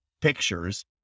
pictures